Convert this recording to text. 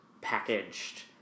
packaged